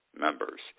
members